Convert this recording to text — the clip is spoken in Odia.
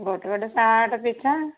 ଗୋଟେ ଗୋଟେ ଶାର୍ଟ ପିଛା